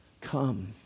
Come